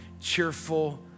cheerful